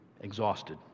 exhausted